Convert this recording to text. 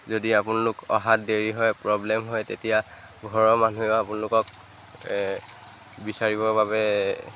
যদি আপোনালোক অহাত দেৰি হয় প্ৰব্লেম হয় তেতিয়া ঘৰৰ মানুহে আপোনলোকক বিচাৰিবৰ বাবে